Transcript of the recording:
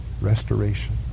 restoration